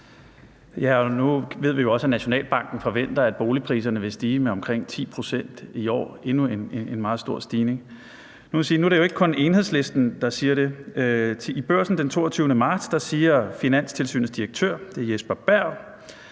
Nu ved vi jo også, at Nationalbanken forventer, at boligpriserne vil stige med omkring 10 pct. i år – endnu en meget stor stigning. Nu må jeg sige, at det jo ikke kun er Enhedslisten, der siger det. I Børsen den 22. marts siger Finanstilsynets direktør – det er